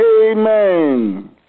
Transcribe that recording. Amen